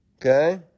okay